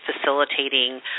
facilitating